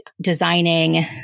designing